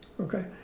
okay